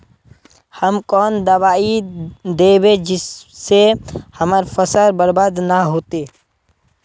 हम कौन दबाइ दैबे जिससे हमर फसल बर्बाद न होते?